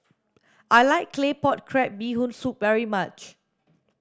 I like claypot crab bee hoon soup very much